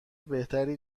بهتری